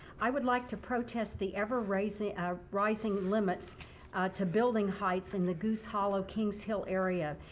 i would like to protest the ever rising ah rising limits to building heights in the goose hollow-king's hill area.